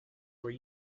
were